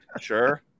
Sure